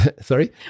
Sorry